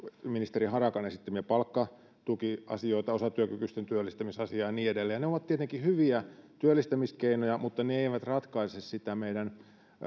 ministeri harakan esittämiä palkkatukiasioita osatyökykyisten työllistämisasiaa ja niin edelleen ne ovat tietenkin hyviä työllistämiskeinoja mutta ne eivät ratkaise sitä meidän